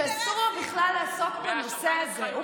שאסור לו לעסוק בנושא הזה בכלל,